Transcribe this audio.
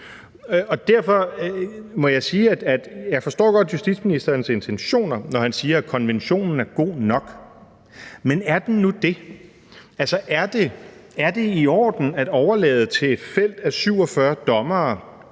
Derfor må jeg sige, at jeg godt forstår justitsministerens intentioner, når han siger, at konventionen er god nok, men er den nu det? Altså, er det i orden at overlade til et felt af 47 dommere